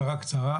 הערה קצרה,